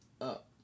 up